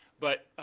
but